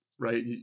right